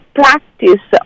practice